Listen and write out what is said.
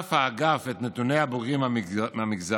אסף האגף את נתוני הבוגרים מהמגזר